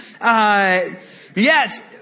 yes